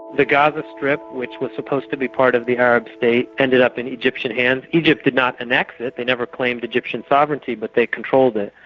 the gaza strip which was supposed to be part of the arab state, ended up in egyptian hands. and egypt did not annexe it, they never claimed egyptian sovereignty but they controlled it.